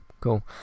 cool